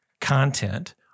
content